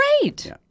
great